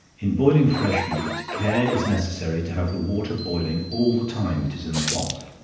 in boiling fresh meat, care is necessary to have the water boiling all the time it is in the pot